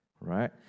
right